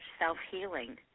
self-healing